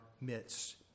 midst